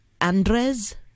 Andres